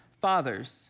Fathers